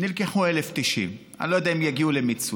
נלקחו 1,090. אני לא יודע אם יגיעו למיצוי.